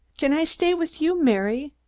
can i stay with you, mary?